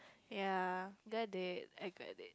ya glad they act like